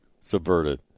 subverted